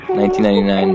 1999